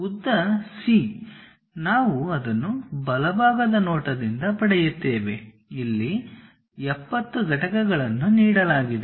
ಉದ್ದ C ನಾವು ಅದನ್ನು ಬಲಭಾಗದ ನೋಟದಿಂದ ಪಡೆಯುತ್ತೇವೆ ಇಲ್ಲಿ 70 ಘಟಕಗಳನ್ನುನೀಡಲಾಗಿದೆ